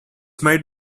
might